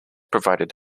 provided